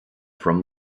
from